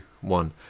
one